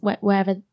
wherever